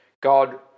God